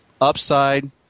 upside